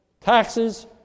taxes